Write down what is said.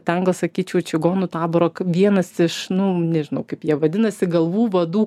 ten gal sakyčiau čigonų taboro kaip vienas iš nu nežinau kaip jie vadinasi galvų vadų